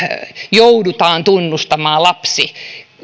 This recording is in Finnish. joudutaan tunnustamaan lapsi